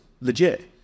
legit